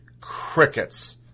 Crickets